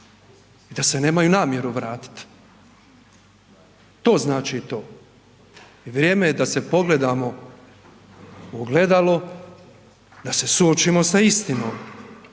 i da se nemaju namjeru vratit, to znači to i vrijeme je da se pogledamo u ogledalo, da se suočimo sa istinom.